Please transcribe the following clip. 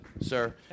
Sir